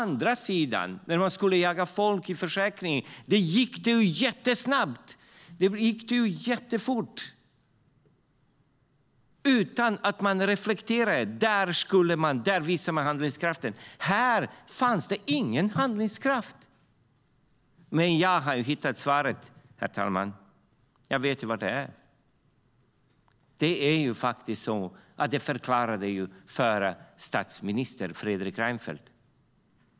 När man skulle jaga folk i sjukförsäkringen gick det ju å andra sidan jättesnabbt. Det gick jättefort, utan att man reflekterade. Där visade man handlingskraft. Här fanns det ingen handlingskraft. Men jag vet vad svaret är, herr talman. Det förklarade ju förra statsministern Fredrik Reinfeldt.